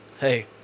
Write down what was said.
hey